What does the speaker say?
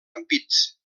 ampits